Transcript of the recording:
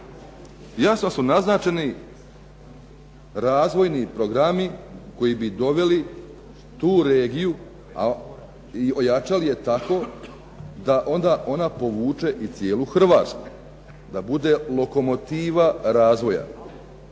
jasno su naznačeni razvojni programi koji bi doveli tu regiju, ojačali je tako da onda ona povuče i cijelu Hrvatsku, da bude lokomotiva razvoja.